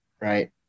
right